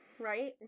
right